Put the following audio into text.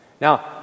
Now